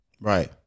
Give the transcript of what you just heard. Right